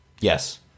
Yes